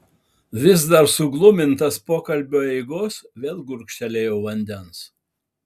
vis dar sugluminta pokalbio eigos vėl gurkštelėjau vandens